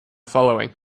following